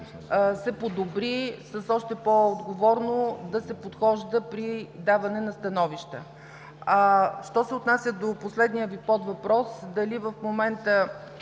се подобри и още по-отговорно да се подхожда при даване на становища. Що се отнася до последния Ви подвъпрос: дали в момента